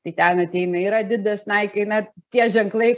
tai ten ateina ir adidas naik i na tie ženklai